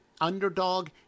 underdog